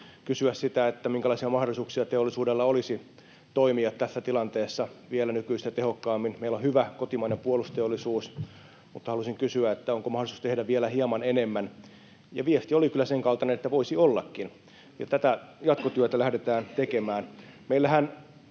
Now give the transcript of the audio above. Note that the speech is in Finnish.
kysyä sitä, minkälaisia mahdollisuuksia teollisuudella olisi toimia tässä tilanteessa vielä nykyistä tehokkaammin. Meillä on hyvä kotimainen puolustusteollisuus, mutta halusin kysyä, onko mahdollisuus tehdä vielä hieman enemmän. Ja viesti oli kyllä sen kaltainen, että voisi ollakin, ja tätä jatkotyötä lähdetään tekemään. Meillähän